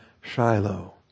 Shiloh